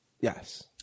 yes